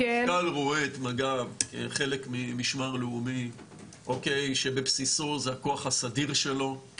המפכ"ל רואה את מג"ב כחלק ממשמר לאומי שבבסיסו זה הכוח הסדיר שלו,